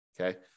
Okay